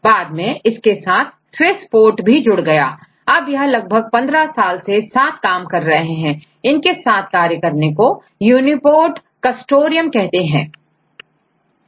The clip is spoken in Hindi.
बाद में इसके साथ Swiss Port भी जुड़ गया अब यह लगभग 15 साल से साथ काम कर रहे हैं इनके साथ कार्य को Uniport consortium कहते हैं